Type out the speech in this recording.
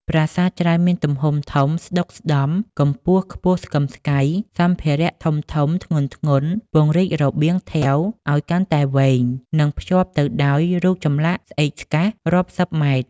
ប្រាសាទច្រើនមានទំហំធំ ស្តុកស្តម្ភ កម្ពស់ខ្ពស់ស្កឹមស្កៃ សម្ភារៈធំៗ ធ្ងន់ៗ ពង្រីករបៀងថែវឱ្យកាន់តែវែង និង ភ្ជាប់ទៅដោយរូបចម្លាក់ស្អេកស្កះរាប់សីប ម៉ែត្រ។